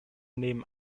neben